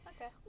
okay